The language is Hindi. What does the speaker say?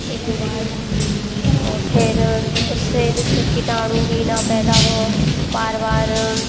एक दो बार और फिर उससे जिससे कीटाणु भी न पैदा हो बार बार